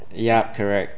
ya correct